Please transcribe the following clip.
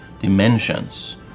dimensions